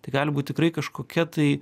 tai gali būt tikrai kažkokia tai